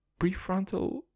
Prefrontal